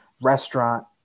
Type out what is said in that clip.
restaurant